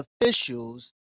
officials